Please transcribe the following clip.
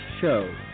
show